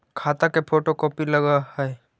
खाता के photocopy लगहै?